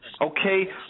okay